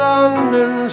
London